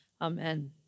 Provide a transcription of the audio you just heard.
amen